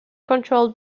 controlled